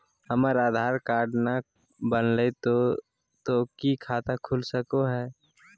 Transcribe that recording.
हमर आधार कार्ड न बनलै तो तो की खाता खुल सको है?